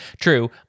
true